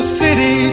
city